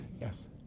yes